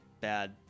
bad